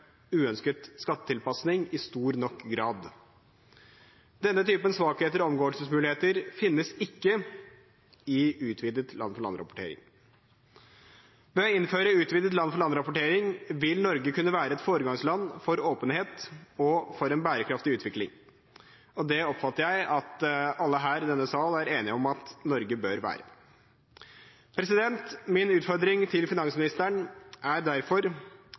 uønsket skattetilpasning, i stor nok grad. Denne typen svakheter og omgåelsesmuligheter finnes ikke i utvidet land-for-land-rapportering. Ved å innføre utvidet land-for-land-rapportering vil Norge kunne være et foregangsland for åpenhet og for en bærekraftig utvikling. Det oppfatter jeg at alle her i denne sal er enige om at Norge bør være. Min utfordring til finansministeren er derfor